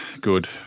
good